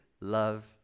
love